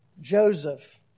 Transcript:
Joseph